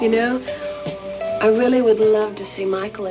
you know i really would love to see michael